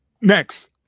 Next